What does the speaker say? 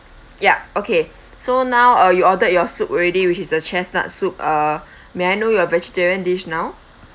ya okay so now uh you ordered your soup already which is the chestnut soup uh may I know your vegetarian dish now